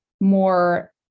more